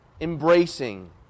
embracing